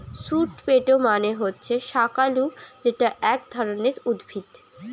sweet potato মানে হচ্ছে শাকালু যেটা এক ধরণের উদ্ভিদ